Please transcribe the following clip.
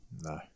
No